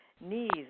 knees